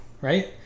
right